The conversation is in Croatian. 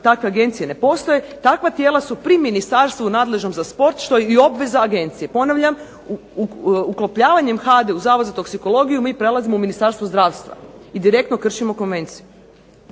takve agencije ne postoje takva tijela su pri ministru nadležnom za sport što je i obveza agencije. Ponavljam, uklopljavanjem HADA-e u Zavod za toksikologiju mi prelazimo u Ministarstvo zdravstva i direktno kršimo konvenciju.